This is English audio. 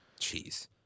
Jeez